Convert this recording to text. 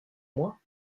moins